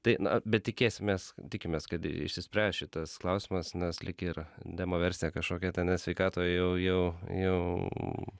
tai na bet tikėsimės tikimės kad išsispręs šitas klausimas nes lyg ir demo versija kažkokia ten e sveikatoje jau jau jau